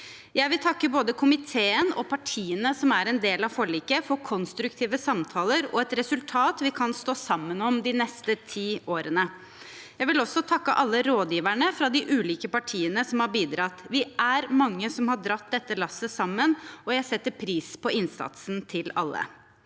Jeg vil takke både komiteen og partiene som er en del av forliket, for konstruktive samtaler og et resultat vi kan stå sammen om de neste ti årene. Jeg vil også takke alle rådgiverne fra de ulike partiene som har bidratt. Vi er mange som har dratt dette lasset sammen, og jeg setter pris på innsatsen til alle.